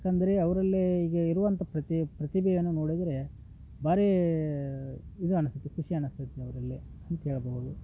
ಏಕೆಂದರೆ ಅವ್ರಲ್ಲಿ ಈಗ ಇರುವಂಥ ಪ್ರತಿ ಪ್ರತಿಭೆಯನ್ನು ನೋಡಿದರೆ ಭಾರಿ ಇದು ಅನಿಸ್ತೈತೆ ಖುಷಿ ಅನಿಸ್ತೈತೆ ಅವರಲ್ಲಿ ಅಂತ ಹೇಳ್ಬೋದು